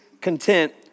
content